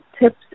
tips